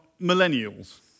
millennials